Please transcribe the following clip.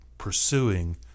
pursuing